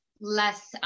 less